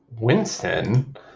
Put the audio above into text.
Winston